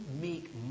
make